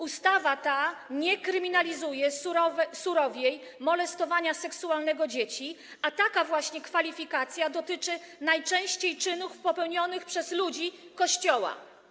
Ustawa ta nie kryminalizuje, nie kwalifikuje surowiej molestowania seksualnego dzieci, a taka właśnie kwalifikacja dotyczy najczęściej czynów popełnionych przez ludzi Kościoła.